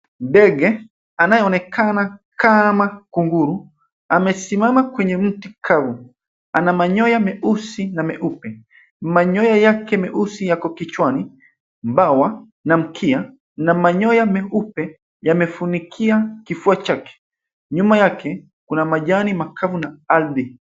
Ndege anayeonekana kama kunguru, amesimama kwenye mti kavu, ana manyoya meusi na meupe, manyoya yake meusi yako kichwani, bawa na mkia na manyoya meupe yamefunikia kifua chake. Nyuma yake kuna majani makavu na ardhi.